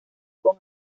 con